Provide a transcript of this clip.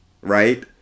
right